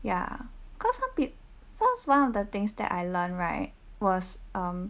ya cause some sometimes one of the things that I learn right was um